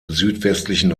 südwestlichen